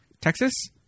Texas